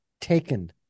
taken